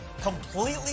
completely